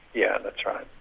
yeah, that's right.